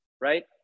right